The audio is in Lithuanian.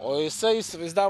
o jisai įsivaizdavo